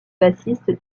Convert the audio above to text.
bassiste